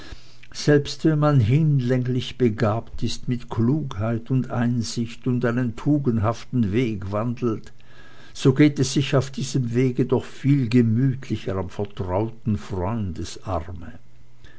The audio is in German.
selbst wenn man hinlänglich begabt ist mit klugheit und einsicht und einen tugendhaften weg wandelt so geht es sich auf diesem wege doch viel gemütlicher am vertrauten freundesarme